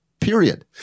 period